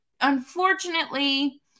unfortunately